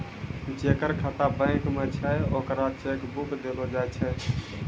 जेकर खाता बैंक मे छै ओकरा चेक बुक देलो जाय छै